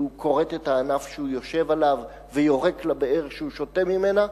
והוא כורת את הענף שהוא יושב עליו ויורק לבאר שהוא שותה ממנה,